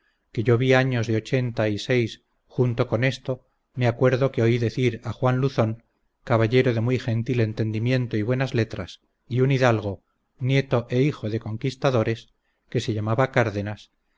que yo vi años de ochenta y seis junto con esto me acuerdo que oí decir a juan luzón caballero de muy gentil entendimiento y buenas letras y un hidalgo nieto e hijo de conquistadores que se llamaba cárdenas